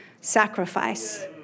sacrifice